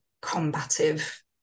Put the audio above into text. combative